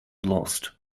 lost